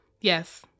Yes